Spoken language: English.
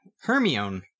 Hermione